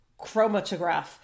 chromatograph